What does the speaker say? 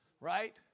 Right